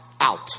out